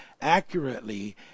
accurately